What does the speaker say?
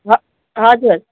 हो हजुर